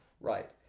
Right